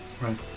Right